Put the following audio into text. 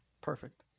Perfect